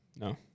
No